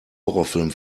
horrorfilm